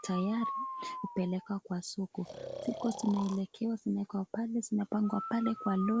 Tayari upeleke kwa soko. Siku zinaelekea zinawekwa pale zinapangwa pale kwa lori.